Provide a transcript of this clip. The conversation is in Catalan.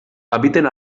habiten